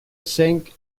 cinq